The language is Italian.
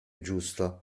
giusto